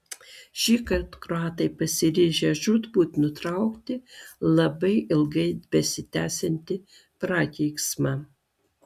šįkart kroatai pasiryžę žūtbūt nutraukti labai ilgai besitęsiantį prakeiksmą